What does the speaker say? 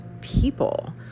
people